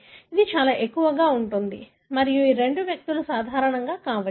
ఇది చాలా ఎక్కువగా ఉంటుంది మరియు ఈ 2 వ్యక్తులు సాధారణంగా ఉండవచ్చు